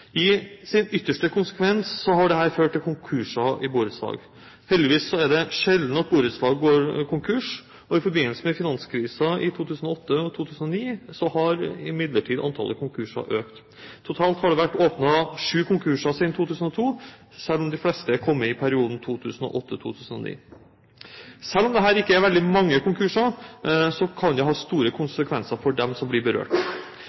I sin ytterste konsekvens har dette ført til konkurser i borettslag. Heldigvis er det sjelden at borettslag går konkurs. I forbindelse med finanskrisen i 2008 og 2009 har imidlertid antallet konkurser økt. Totalt har det vært åpnet sju konkurser siden 2002, selv om de fleste kom i perioden 2008–2009. Selv om dette ikke er veldig mange konkurser, kan det ha store konsekvenser for dem som blir berørt.